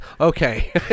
Okay